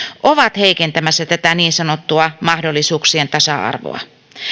ovat heikentämässä tätä niin sanottua mahdollisuuksien tasa arvoa